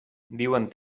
diuen